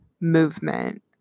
movement